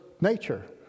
Nature